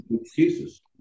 excuses